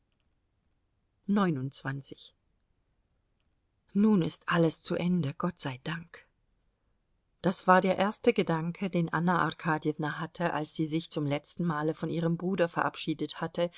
nun ist alles zu ende gott sei dank das war der erste gedanke den anna arkadjewna hatte als sie sich zum letzten male von ihrem bruder verabschiedet hatte